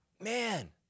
Man